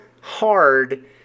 hard